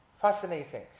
Fascinating